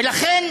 ולכן